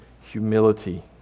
humility